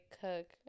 cook